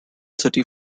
city